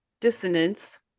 dissonance